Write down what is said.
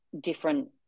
different